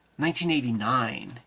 1989